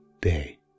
day